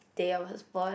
day I was born